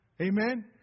Amen